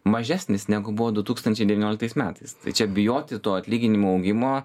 mažesnis negu buvo du tūkstančiai devynioliktais metais čia bijoti to atlyginimų augimo